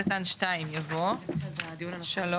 אחרי סעיף קטן (2) יבוא: "(3)